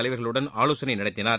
தலைவர்களுடன் ஆலோசனை நடத்தினார்